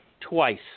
twice